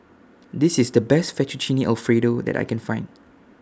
This IS The Best Fettuccine Alfredo that I Can Find